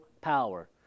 power